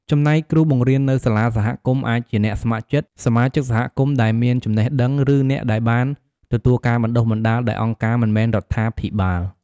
ចំណែកគ្រូបង្រៀននៅសាលាសហគមន៍អាចជាអ្នកស្ម័គ្រចិត្ត សមាជិកសហគមន៍ដែលមានចំណេះដឹង ឬអ្នកដែលបានទទួលការបណ្តុះបណ្តាលដោយអង្គការមិនមែនរដ្ឋាភិបាល។